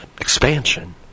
expansion